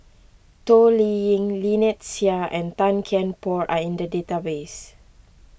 Toh Liying Lynnette Seah and Tan Kian Por are in the database